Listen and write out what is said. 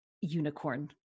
unicorn